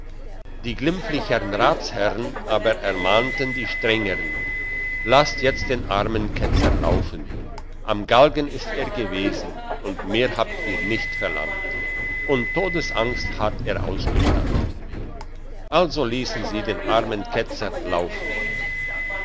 die glimpflichern ratsherren aber ermahnten die strengern lasst jetzt den armen ketzer laufen am galgen ist er gewesen und mehr habt ihr nicht verlangt und todesangst hat er ausgestanden also liessen sie den armen ketzer laufen